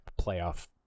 playoff